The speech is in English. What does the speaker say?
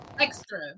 extra